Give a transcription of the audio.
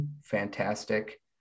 Fantastic